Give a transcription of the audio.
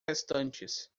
restantes